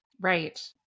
Right